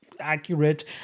accurate